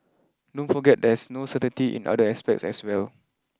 don't forget there's no certainty in other aspects as well